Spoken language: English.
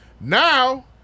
Now